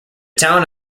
town